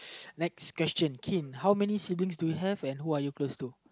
next question Keane how many siblings do you have and who are you close to